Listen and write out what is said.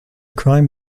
crime